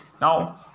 now